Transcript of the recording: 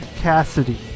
Cassidy